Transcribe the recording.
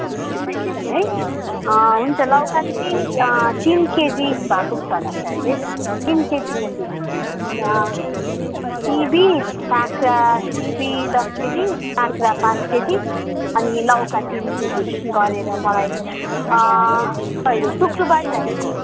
बिस रुपियाँ केजी है हुन्छ लौका चाहिँ तिन केजी भए पुग्छ होला सायद है तिन केजी जति सिमी काँक्रा सिमी दस केजी काँक्रा पाँच केजी अनि लौका तिन केजी गरेर मलाई कहिले शुक्रवार चाहिएको